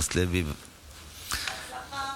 בהצלחה.